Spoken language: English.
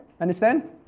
understand